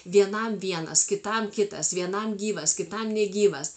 vienam vienas kitam kitas vienam gyvas kitam negyvas